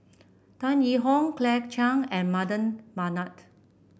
Tan Yee Hong Claire Chiang and Mardan Mamat